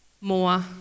more